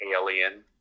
alien